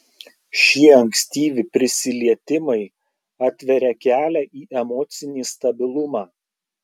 šie ankstyvi prisilietimai atveria kelią į emocinį stabilumą